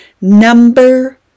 Number